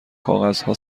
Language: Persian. کاغذها